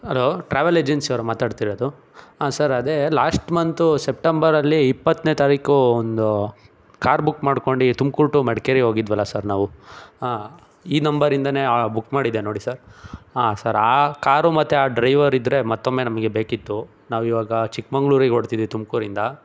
hello travel ಏಜೆನ್ಸಿಯವರ ಮಾತಾಡ್ತಿರೋದು ಆಂ ಸರ್ ಅದೇ ಲಾಸ್ಟ್ ಮಂತು ಸೆಪ್ಟೆಂಬರಲ್ಲಿ ಇಪ್ಪತ್ತನೇ ತಾರೀಖು ಒಂದು ಕಾರ್ ಬುಕ್ ಮಾಡ್ಕೊಂಡು ತುಮ್ಕೂರು ಟು ಮಡಿಕೇರಿ ಹೋಗಿದ್ವಲ್ಲ ಸರ್ ನಾವು ಆಂ ಈ ನಂಬರಿಂದನೇ ಬುಕ್ ಮಾಡಿದ್ದೆ ನೋಡಿ ಸರ್ ಆಂ ಸರ್ ಆ ಕಾರು ಮತ್ತು ಆ ಡ್ರೈವರ್ ಇದ್ದರೆ ಮತ್ತೊಮ್ಮೆ ನಮಗೆ ಬೇಕಿತ್ತು ನಾವು ಇವಾಗ ಚಿಕ್ಮಗ್ಳೂರಿಗೆ ಹೊರ್ಟ್ತಿದೀವಿ ತುಮಕೂರಿಂದ